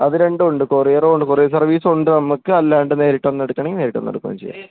അതു രണ്ടും ഉണ്ട് കൊറിയറും ഉണ്ട് കൊറിയര് സര്വീസുമുണ്ട് നമ്മള്ക്ക് അല്ലാണ്ട് നേരിട്ടു വന്നെടുക്കണമെങ്കില് നേരിട്ടു വന്നെടുക്കുകയും ചെയ്യാം